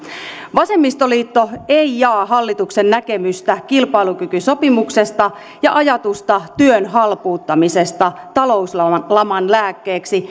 vasemmistoliitto ei jaa hallituksen näkemystä kilpailukykysopimuksesta ja ajatusta työn halpuuttamisesta talouslaman lääkkeeksi